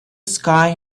sky